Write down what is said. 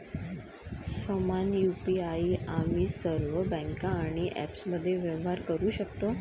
समान यु.पी.आई आम्ही सर्व बँका आणि ॲप्समध्ये व्यवहार करू शकतो